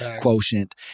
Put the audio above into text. quotient